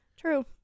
True